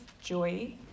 joy